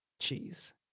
cheese